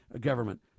government